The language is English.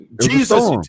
Jesus